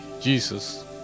jesus